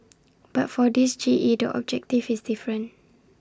but for this G E the objective is different